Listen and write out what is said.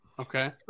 Okay